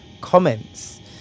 comments